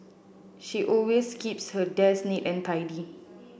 she always keeps her desk neat and tidy